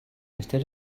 instead